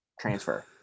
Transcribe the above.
transfer